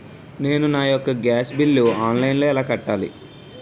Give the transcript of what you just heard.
నేను నా యెక్క గ్యాస్ బిల్లు ఆన్లైన్లో ఎలా కట్టాలి?